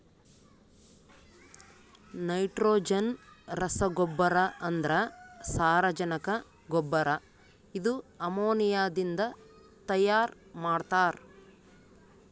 nitrogen ರಸಗೊಬ್ಬರ ಅಂದ್ರ ಸಾರಜನಕ ಗೊಬ್ಬರ ಇದು ಅಮೋನಿಯಾದಿಂದ ತೈಯಾರ ಮಾಡ್ತಾರ್